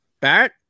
Barrett